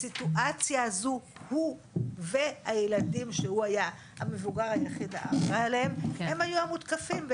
הוא והילדים שהוא היה המבוגר היחיד האחראי עליהם היו המותקפים,